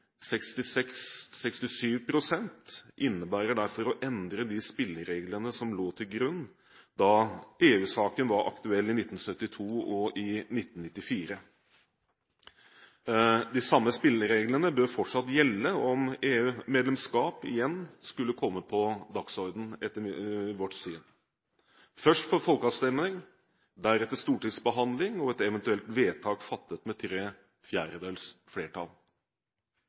66,67 pst. innebærer derfor å endre de spillereglene som lå til grunn da EU-saken var aktuell i 1972 og 1994. De samme spillereglene bør etter vårt syn fortsatt gjelde om EU-medlemskap igjen skulle komme på dagsordenen – først folkeavstemning, deretter stortingsbehandling og et eventuelt vedtak fattet med tre fjerdedels flertall.